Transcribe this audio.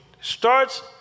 Starts